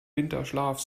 winterschlaf